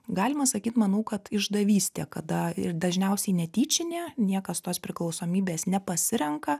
galima sakyt manau kad išdavystė kada ir dažniausiai netyčinė niekas tos priklausomybės nepasirenka